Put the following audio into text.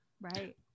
right